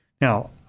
Now